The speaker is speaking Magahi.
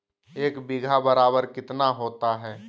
एक बीघा बराबर कितना होता है?